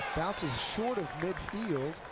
bouncing short of midfield,